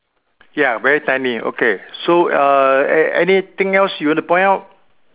ya very tiny okay so err anything else you want to point out